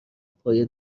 پایه